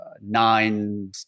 nine